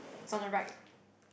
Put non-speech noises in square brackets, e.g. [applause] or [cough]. it's on the right [breath]